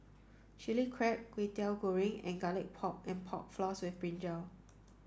chili crab Kwetiau Goreng and garlic pork and pork floss with brinjal